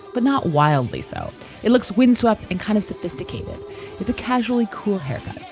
but not wildly. so it looks windswept and kind of sophisticated with a casually cool haircut.